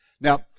Now